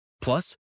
Plus